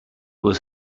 was